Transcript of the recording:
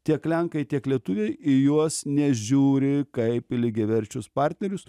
tiek lenkai tiek lietuviai į juos nežiūri kaip į lygiaverčius partnerius